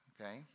Okay